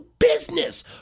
Business